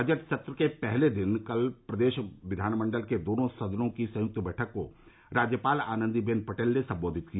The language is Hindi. बजट सत्र के पहले दिन कल प्रदेश विधानमंडल के दोनों सदनों की संयुक्त बैठक को राज्यपाल आनंदी बेन पटेल ने सम्बोधित किया